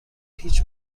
هیچ